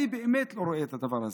אני באמת לא רואה את הדבר הזה.